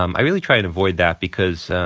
um i really try to avoid that because,